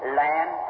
land